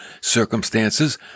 circumstances